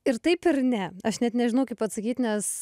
ir taip ir ne aš net nežinau kaip atsakyt nes